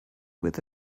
with